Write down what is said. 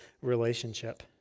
relationship